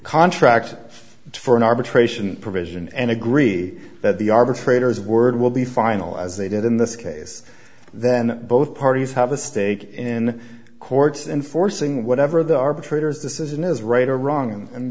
contract for an arbitration provision and agree that the arbitrator is word will be final as they did in this case then both parties have a stake in courts enforcing whatever the arbitrator's decision is right or wrong and